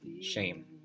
shame